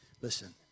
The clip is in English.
Listen